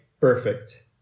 Perfect